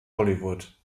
hollywood